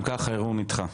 אם כך הוא נדחה.